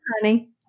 honey